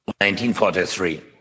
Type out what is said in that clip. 1943